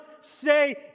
say